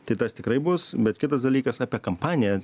tai tas tikrai bus bet kitas dalykas apie kampaniją